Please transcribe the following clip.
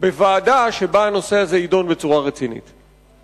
להתחיל בדיון רציני מאוד בוועדה.